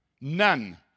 None